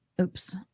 Oops